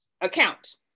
account